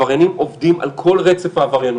עבריינים עובדים על כל רצף העבריינות.